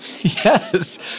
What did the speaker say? Yes